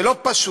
זה לא פשוט.